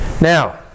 Now